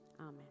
amen